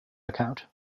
account